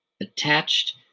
Attached